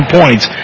points